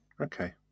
Okay